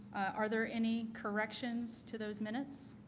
are there any corrections to those minutes?